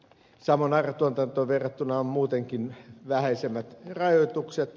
samoin ara tuotantoon verrattuna on muutenkin vähäisemmät rajoitukset